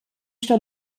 sto